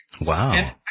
Wow